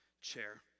chair